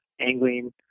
angling